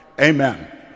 amen